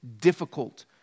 difficult